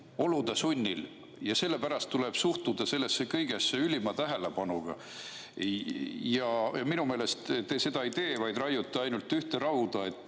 olude sunnil ja sellepärast tuleb suhtuda sellesse kõigesse ülima tähelepanuga. Ja minu meelest te seda ei tee, vaid raiute ainult ühte rauda,